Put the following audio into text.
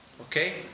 Okay